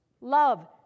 love